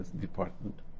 department